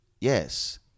yes